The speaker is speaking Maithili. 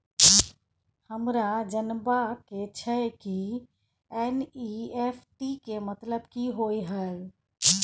हमरा जनबा के छै की एन.ई.एफ.टी के मतलब की होए है?